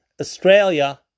Australia